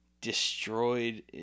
destroyed